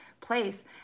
place